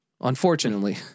unfortunately